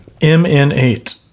MN8